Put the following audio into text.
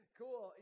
cool